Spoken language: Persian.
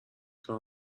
کار